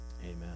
Amen